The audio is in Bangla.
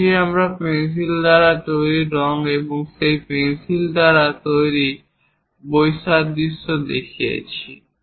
নীচে আমরা পেন্সিল দ্বারা তৈরি রঙ সেই পেন্সিল দ্বারা তৈরি বৈসাদৃশ্য দেখিয়েছি